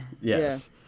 Yes